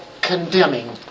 condemning